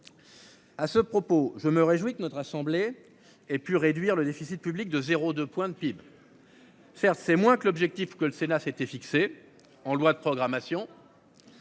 À ce propos, je me réjouis que notre assemblée et puis réduire le déficit public de 0 2 point de PIB.-- Certes, c'est moins que l'objectif que le Sénat s'était fixé en loi de programmation.